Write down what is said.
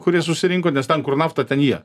kurie susirinko nes ten kur nafta ten jie